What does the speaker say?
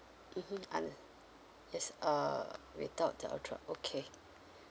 mmhmm yes uh without the ultra okay